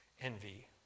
envy